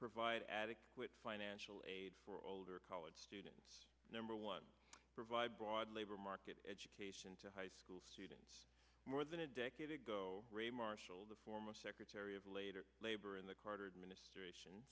provide adequate financial aid for older college students number one provide broad labor market education to high school students more than a decade ago ray marshall the former secretary of the later labor in the carter administration